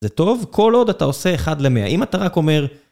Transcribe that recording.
זה טוב, כל עוד אתה עושה אחד למאה. אם אתה רק אומר...